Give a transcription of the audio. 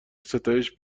ستایش